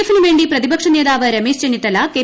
F ന് വേണ്ടി പ്രതിപക്ഷനേതാവ് രമേശ് ചെന്നിത്തല കെ